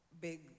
big